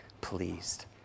pleased